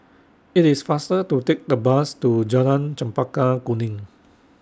IT IS faster to Take The Bus to Jalan Chempaka Kuning